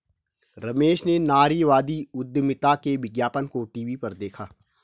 रमेश ने नारीवादी उधमिता के विज्ञापन को टीवी पर देखा